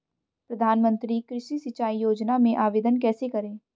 प्रधानमंत्री कृषि सिंचाई योजना में आवेदन कैसे करें?